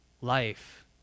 life